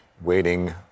waiting